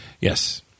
Yes